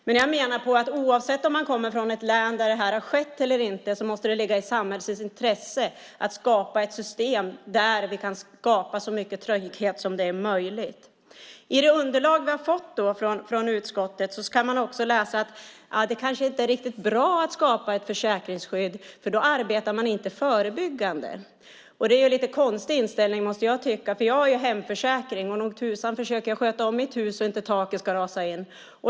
Men jag menar att oavsett om man kommer från ett län där sådant här har skett eller inte måste det ligga i samhällets intresse att ordna ett system där vi kan skapa så mycket trygghet som möjligt. I det underlag vi har fått från utskottet kan vi läsa att det kanske inte är riktigt bra att skapa ett försäkringsskydd, för då arbetar man inte förebyggande. Det är en lite konstig inställning, måste jag säga. Jag har en hemförsäkring, och nog tusan försöker jag ändå sköta om mitt hus så att inte taket ska rasa in.